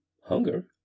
hunger—